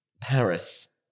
Paris